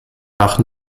nach